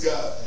God